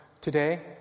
today